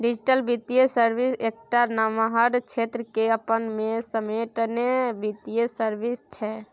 digital बित्तीय service एकटा नमहर क्षेत्र केँ अपना मे समेटने बित्तीय सर्विस छै